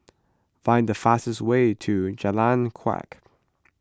find the fastest way to Jalan Kuak